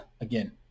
again